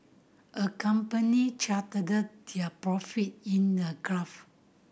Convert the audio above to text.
a company charted their profit in a graph